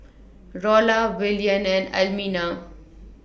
Rolla Willian and Almina